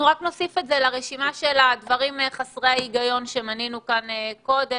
נוסיף את זה לרשימת הדברים חסרי ההיגיון שמנינו כאן קודם.